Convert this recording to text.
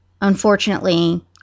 Unfortunately